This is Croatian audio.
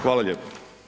Hvala lijepo.